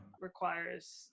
requires